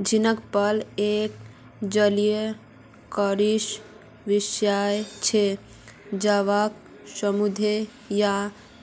झींगा पालन एक जलीय कृषि व्यवसाय छे जहाक समुद्री या